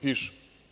Piše.